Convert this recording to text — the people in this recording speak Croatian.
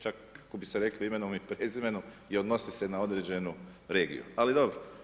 Čak kako bi se rekli imenom i prezimenom i odnose se na određenu regiju, ali dobro.